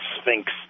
Sphinx